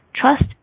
Trust